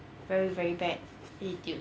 very very bad attitude